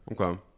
Okay